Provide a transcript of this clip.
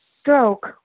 stroke